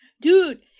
dude